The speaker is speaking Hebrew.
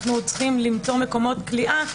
אנחנו צריכים למצוא מקומות כליאה.